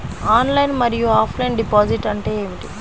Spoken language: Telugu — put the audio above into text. ఆన్లైన్ మరియు ఆఫ్లైన్ డిపాజిట్ అంటే ఏమిటి?